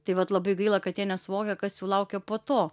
tai vat labai gaila kad jie nesuvokia kas jų laukia po to